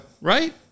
Right